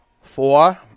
Four